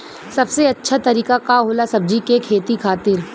सबसे अच्छा तरीका का होला सब्जी के खेती खातिर?